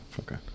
Okay